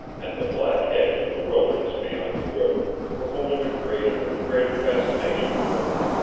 and the black edge of the wilderness beyond the river were holding a greater and greater fascination for him.